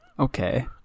Okay